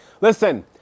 Listen